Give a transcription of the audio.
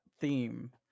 theme